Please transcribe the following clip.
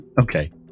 Okay